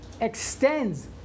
extends